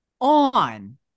on